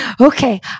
Okay